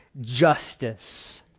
justice